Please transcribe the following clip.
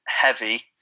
heavy